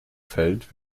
feld